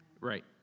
Right